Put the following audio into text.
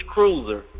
Cruiser